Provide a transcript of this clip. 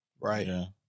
Right